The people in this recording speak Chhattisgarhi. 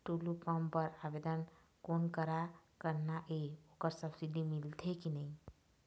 टुल्लू पंप बर आवेदन कोन करा करना ये ओकर सब्सिडी मिलथे की नई?